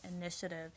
initiative